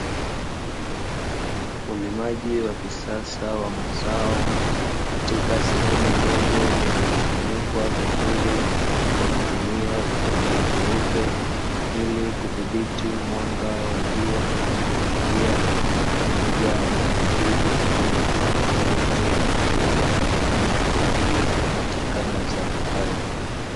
Ulimaji wa kisasa wa mazao katika sehemu ndogo iliyofunikwa vizuri kwa kutumia vitambaa vyeupe, ili kudhibiti mwanga wa jua unaoingia, pamoja na vijidudu au wanyama wowote wanaoweza kufanya uharibifu katika mazao hayo.